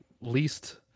least